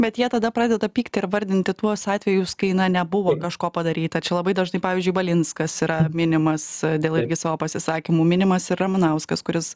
bet jie tada pradeda pykti ir vardinti tuos atvejus kai na nebuvo kažko padaryta ir čia labai dažnai pavyzdžiui valinskas yra minimas dėl irgi savo pasisakymų minimas ir ramanauskas kuris